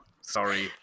Sorry